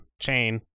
Chain